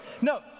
No